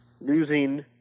losing